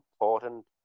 important